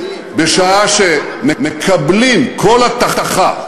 בשעה שמקבלים כל הטחה,